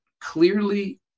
clearly